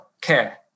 care